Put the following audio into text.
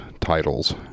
titles